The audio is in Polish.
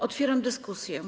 Otwieram dyskusję.